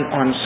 on